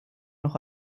noch